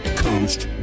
coast